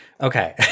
Okay